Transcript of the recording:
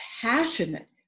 passionate